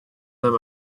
them